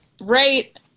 Right